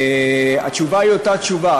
התשובה היא אותה תשובה.